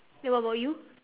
then what about you